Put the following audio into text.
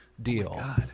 deal